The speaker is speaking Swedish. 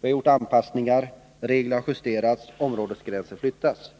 Vi har gjort anpassningar, regler har justerats, områdesgränser flyttats.